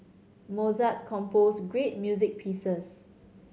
Mozart composed great music pieces